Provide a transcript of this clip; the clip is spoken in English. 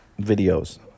videos